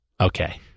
Okay